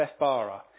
Bethbara